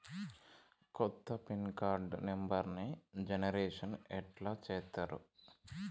కొత్త pin card నెంబర్ని generation ఎట్లా చేత్తరు?